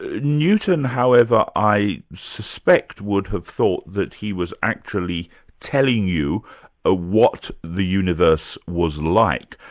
ah newton however i suspect, would have thought that he was actually telling you ah what the universe was like,